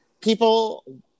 people